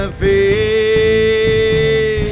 face